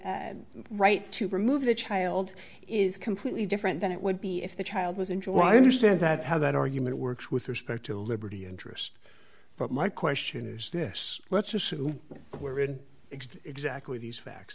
the right to remove the child is completely different than it would be if the child was in jail i understand that how that argument works with respect to liberty interest but my question is this let's assume where it exist exactly these facts